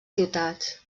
ciutats